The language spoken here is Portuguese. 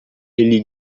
ele